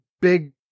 big